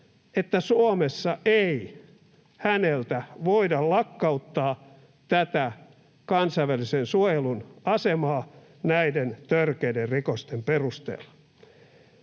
että Suomessa ei häneltä voida lakkauttaa tätä kansainvälisen suojelun asemaa näiden törkeiden rikosten perusteella.